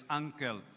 uncle